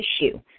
issue